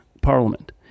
parliament